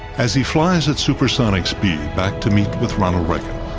as he flies at supersonic speed back to meet with ronald reagan,